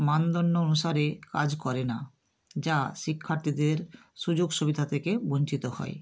মানদণ্ড অনুসারে কাজ করে না যা শিক্ষার্থীদের সুযোগ সুবিধা থেকে বঞ্চিত হয়